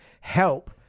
Help